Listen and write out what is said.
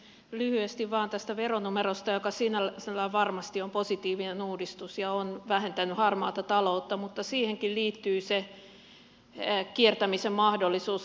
lyhyesti vain tästä veronumerosta joka sinällään varmasti on positiivinen uudistus ja on vähentänyt harmaata taloutta mutta siihenkin liittyy se kiertämisen mahdollisuus